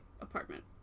apartment